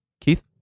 Keith